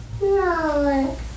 No